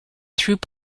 through